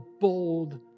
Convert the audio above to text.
bold